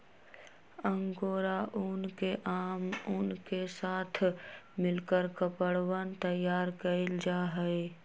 angora ऊन के आम ऊन के साथ मिलकर कपड़वन तैयार कइल जाहई